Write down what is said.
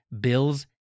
Bill's